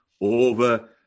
over